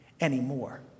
anymore